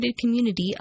community